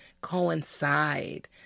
coincide